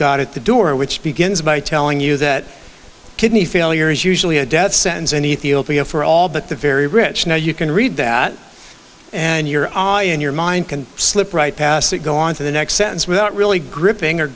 got at the door which begins by telling you that kidney failure is usually a death sentence anything for all but the very rich now you can read that and your eye and your mind can slip right past that go on to the next sentence without really gripping or